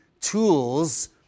tools